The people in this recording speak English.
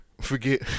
Forget